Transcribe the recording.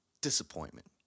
Disappointment